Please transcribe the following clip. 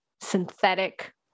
synthetic